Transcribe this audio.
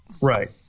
right